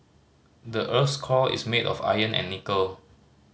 the earth's core is made of iron and nickel